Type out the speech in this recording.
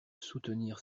soutenir